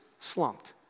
slumped